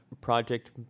Project